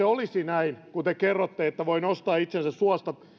olisi näin kuten kerrotte että voi nostaa itsensä suosta